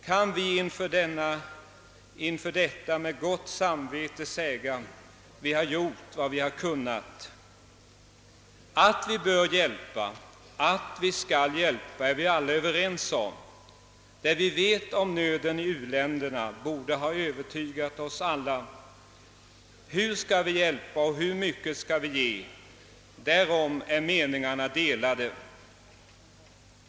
Kan vi inför detta med gott samvete säga: Vi har gjort vad vi har kunnat? Att vi bör hjälpa, att vi skall hjälpa, är alla överens om. Det vi vet om nöden i u-länderna borde ha övertygat oss alla. Hur skall vi hjälpa och hur mycket skall vi ge? På den punkten är meningarna delade.